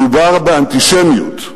מדובר באנטישמיות.